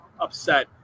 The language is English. upset